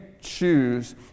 choose